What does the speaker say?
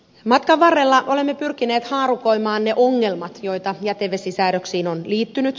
matkan varrella olemme pyrkineet haarukoimaan ne ongelmat joita jätevesisäädöksiin on liittynyt